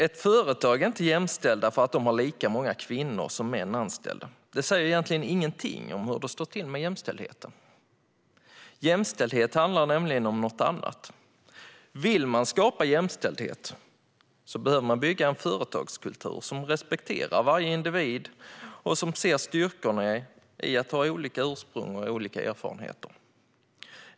Ett företag är inte jämställt för att det finns lika många kvinnor som män anställda. Det säger egentligen ingenting om hur det står till med jämställdheten. Jämställdhet handlar nämligen om något annat. Om man vill skapa jämställdhet behöver man bygga en företagskultur som respekterar varje individ och som ser styrkorna i att ha olika ursprung och olika erfarenheter.